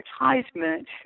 advertisement